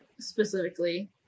specifically